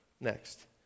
next